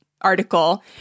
article